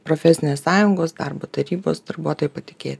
profesinės sąjungos darbo tarybos darbuotojai patikė